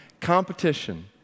Competition